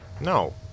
No